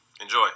Enjoy